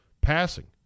passing